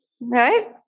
Right